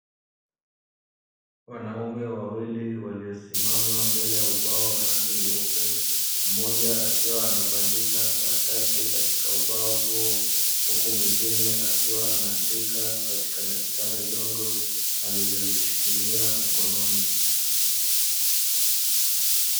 Wanaume wawili waliosimama mbele ya ubao wa rangi nyeupe, mmoja akiwa anabandika karatasi katika ubao huo huku mwingine akiwa anaandika katika daftari dogo alilolishikilia mkononi.